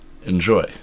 Enjoy